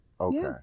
Okay